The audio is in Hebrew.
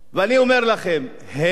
הם לא ינצחו אותנו.